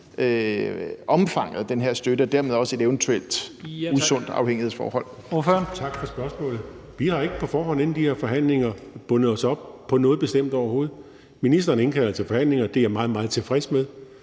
Lahn Jensen): Ordføreren. Kl. 15:26 Lars Christian Lilleholt (V): Tak for spørgsmålet. Vi har ikke på forhånd inden de her forhandlinger bundet os op på noget bestemt, overhovedet. Ministeren indkalder til forhandlinger, og det er jeg meget, meget tilfreds med,